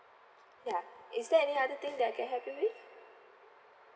ya is there any other thing that I can help you with